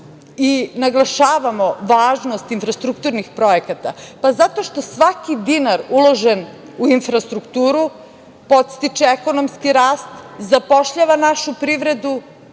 i naglašavamo važnost infrastrukturnih projekata? Zato što svaki dinar uložen u infrastrukturu podstiče ekonomski rast, zapošljava našu privredu,